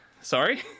Sorry